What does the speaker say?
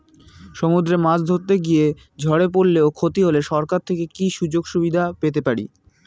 সমুদ্রে মাছ ধরতে গিয়ে ঝড়ে পরলে ও ক্ষতি হলে সরকার থেকে কি সুযোগ সুবিধা পেতে পারি?